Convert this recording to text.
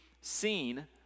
seen